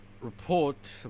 report